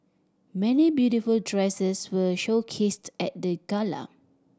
many beautiful dresses were showcased at the gala